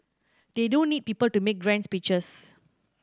they don't need people to make grand speeches